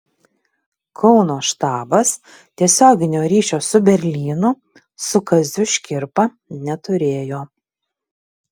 kauno štabas tiesioginio ryšio su berlynu su kaziu škirpa neturėjo